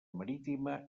marítima